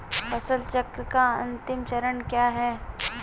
फसल चक्र का अंतिम चरण क्या है?